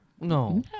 no